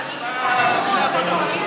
השאלה אם הוא רוצה הצבעה עכשיו או לא.